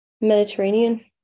Mediterranean